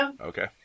okay